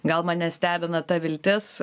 gal mane stebina ta viltis